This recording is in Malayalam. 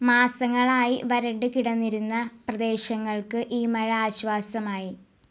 മാസങ്ങളായി വരണ്ടു കിടന്നിരുന്ന പ്രദേശങ്ങൾക്ക് ഈ മഴ ആശ്വാസമായി